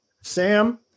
Sam